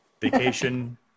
vacation